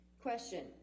Question